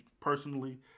personally